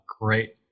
great